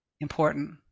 important